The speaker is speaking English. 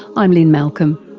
i'm lynne malcolm,